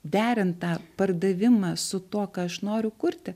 derint tą pardavimą su tuo ką aš noriu kurti